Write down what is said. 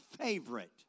favorite